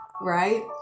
right